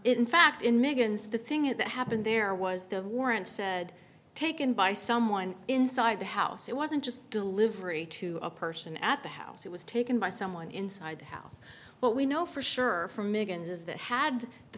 in fact in megan's the thing that happened there was the warrant said taken by someone inside the house it wasn't just delivery to a person at the house it was taken by someone inside the house what we know for sure from michigan is that had the